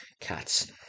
Cats